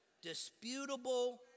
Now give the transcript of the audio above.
Disputable